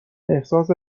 احساس